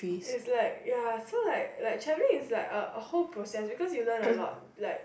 is like ya so like like travelling is like a a whole process because you learn a lot like